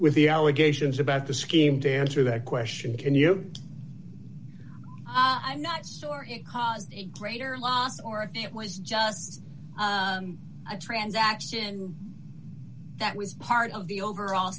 with the allegations about the scheme to answer that question can you not store it caused a greater loss or if it was just a transaction that was part of the overall